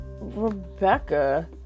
Rebecca